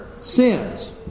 sins